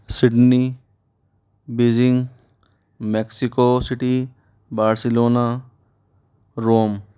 Sydney Beijing Mexico city Barcelona Rome